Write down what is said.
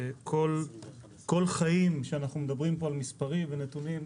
כל חיים כשאנחנו מדברים פה על מספרים ונתונים,